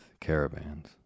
caravans